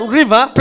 river